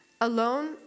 Alone